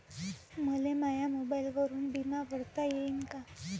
मले माया मोबाईलवरून बिमा भरता येईन का?